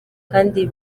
kandi